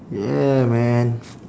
yeah man